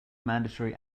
mandatory